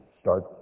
start